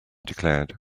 declared